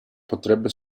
potrebbe